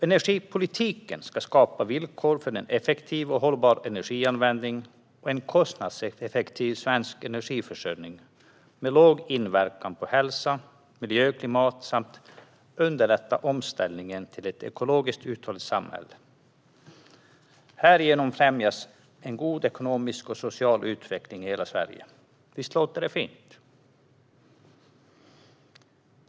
Energipolitiken ska skapa villkor för en effektiv och hållbar energianvändning och en kostnadseffektiv svensk energiförsörjning med låg inverkan på hälsa, miljö och klimat samt underlätta omställningen till ett ekologiskt uthålligt samhälle. Härigenom främjas en god ekonomisk och social utveckling i hela Sverige. Visst låter det fint!